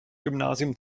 gymnasium